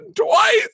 twice